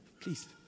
please